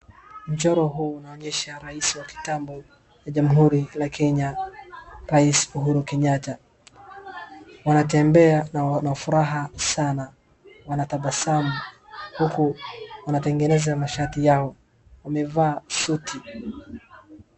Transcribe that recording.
Mchoro huu unaonyesha rais wa kitambo ya jamhuri la Kenya, Rais Uhuru Kenyatta. Wanatembea na wana furaha sana, wanatabasamu, huku wanatengeneza mashati yao. Amevaa suti.